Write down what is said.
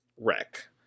wreck